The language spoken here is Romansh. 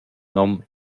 nom